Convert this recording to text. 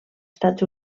estats